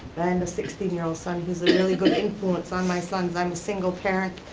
and a sixteen year old son. he's a really good influence on my sons. i'm a single parent,